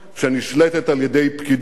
שנשלטת על-ידי פקידים,